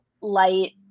light